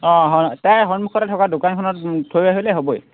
অঁ হয় তাৰে সন্মুখতে থকা দোকানখনত থৈ আহিলে হ'বই